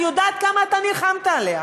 אני יודעת כמה אתה נלחמת עליה,